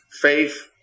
Faith